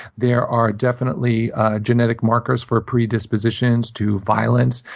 there are definitely genetic markers for predispositions to violence,